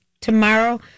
tomorrow